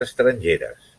estrangeres